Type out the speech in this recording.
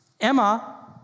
Emma